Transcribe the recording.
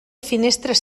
finestres